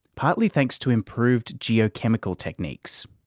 partly thanks to improved geochemical techniques.